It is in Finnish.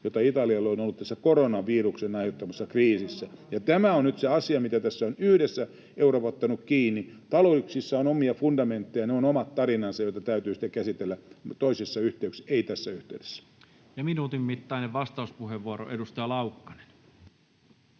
joita Italialla on ollut tässä koronaviruksen aiheuttamassa kriisissä. [Toimi Kankaanniemen välihuuto] Tämä on nyt se asia, mistä tässä on yhdessä Eurooppa ottanut kiinni. Talouksissa on omia fundamentteja, ne ovat omat tarinansa, joita täytyy sitten käsitellä toisissa yhteyksissä, ei tässä yhteydessä. [Speech 303] Speaker: Toinen varapuhemies